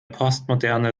postmoderne